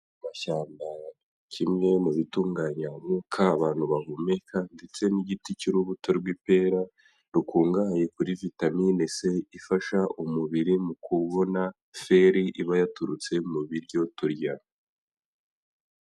Amashyamba kimwe mu bitunganya umwuka abantu bahumeka, ndetse n'igiti cy'urubuto rw'ipera rukungahaye kuri vitamine C ifasha umubiri mu kubona feri iba yaturutse mu biryo turya.